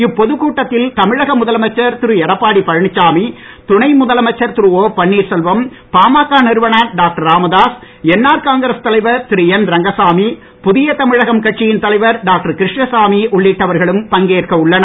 இப்பொதுக் கூட்டத்தில் தமிழக முதலமைச்சர் திரு எடப்பாடி பழனிச்சாமி துணை முதலமைச்சர் திரு ஒ பன்னீர்செல்வம் பாமக நிறுவனர் டாக்டர் ராமதாஸ் என்ஆர் காங்கிரஸ் தலைவர் திரு என் ரங்கசாமி புதிய தமிழகம் கட்சியின் தலைவர் டாக்டர் கிருஷ்ணசாமி உள்ளிட்டவர்களும் பங்கேற்க உள்ளனர்